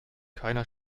keiner